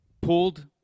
pulled